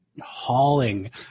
hauling